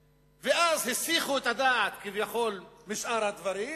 ואז הסיחו את הדעת, כביכול, משאר הדברים,